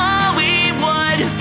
Hollywood